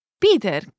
Peter